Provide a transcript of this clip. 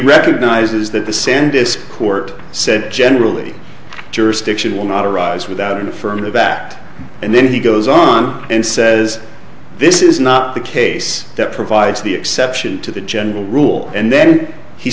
recognizes that the sand this court said generally jurisdiction will not arise without an affirmative act and then he goes on and says this is not the case that provides the exception to the general rule and then he